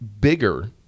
bigger